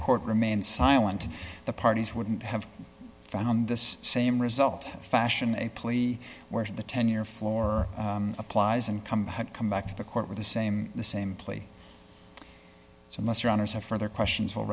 court remained silent the parties wouldn't have found this same result fashion a plea where the ten year floor applies and come had come back to the court with the same the same plea so lesser honors have further questions will